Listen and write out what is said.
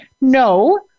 no